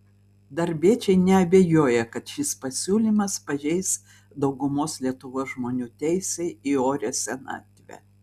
darbiečiai neabejoja kad šis pasiūlymas pažeis daugumos lietuvos žmonių teisę į orią senatvę